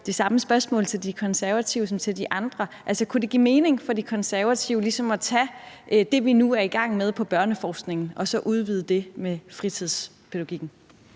det samme spørgsmål til De Konservative, som jeg har stillet til de andre: Kunne det give mening for De Konservative at tage det, vi nu er i gang med inden for børneforskningen, og så udvide det med fritidspædagogikken?